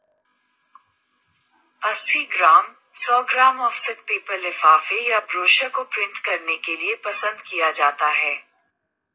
अस्सी ग्राम, सौ gram offset paper लिफाफे या ब्रोशर को प्रिंट करने के लिए पसंद किया जाता है